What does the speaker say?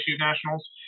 nationals